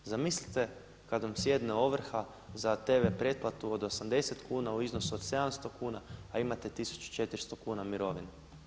Zamislite kada vam sjedne ovrha za TV pretplatu od 80 kuna u iznosu od 700 kuna, a imate 1.400 kuna mirovine?